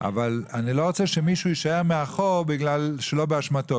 אני לא רוצה שמישהו יישאר מאחור שלא באשמתו,